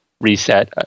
reset